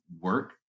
work